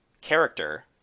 character